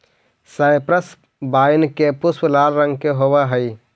cypress vine के पुष्प लाल रंग के होवअ हई